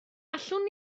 allwn